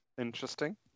interesting